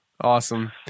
Awesome